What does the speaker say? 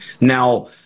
Now